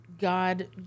God